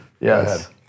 Yes